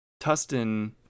tustin